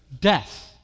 death